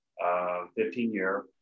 15-year